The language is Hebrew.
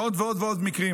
ועוד ועוד מקרים.